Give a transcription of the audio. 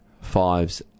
fives